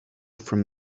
from